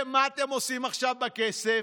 מה אתם עושים עכשיו בכסף?